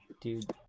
Dude